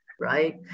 right